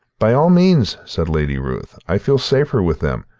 by all means, said lady ruth. i feel safer with them.